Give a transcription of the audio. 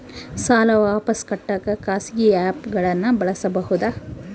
ಸಾಲ ವಾಪಸ್ ಕಟ್ಟಕ ಖಾಸಗಿ ಆ್ಯಪ್ ಗಳನ್ನ ಬಳಸಬಹದಾ?